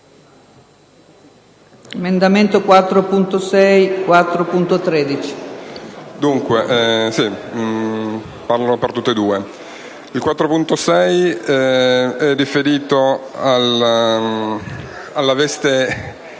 4.6 è riferito alla veste